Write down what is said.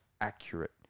accurate